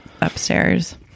upstairs